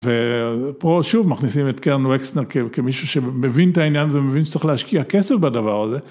ופה שוב מכניסים את קרן וקסטנר כמישהו שמבין את העניין הזה ומבין שצריך להשקיע כסף בדבר הזה.